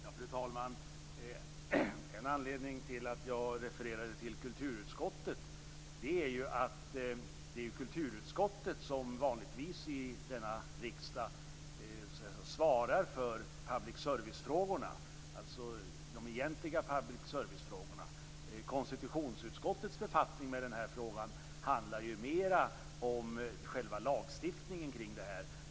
Fru talman! En anledning till att jag refererade till kulturutskottet är ju att det är kulturutskottet som vanligtvis i denna riksdag svarar för public servicefrågorna, alltså de egentliga public service-frågorna. Konstitutionsutskottets befattning med den här frågan handlar mer om själva lagstiftningen kring det här.